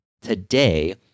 today